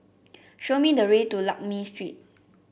show me the way to Lakme Street